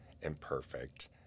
imperfect